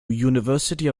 university